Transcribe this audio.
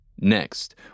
Next